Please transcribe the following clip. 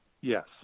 yes